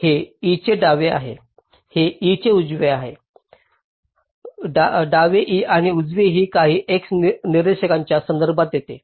हे e चे डावे आहे हे e चे उजवे आहे डावे e आणि उजवे e काही x निर्देशांकांचा संदर्भ देते